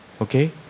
okay